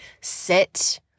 sit